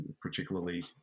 particularly